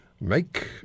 Make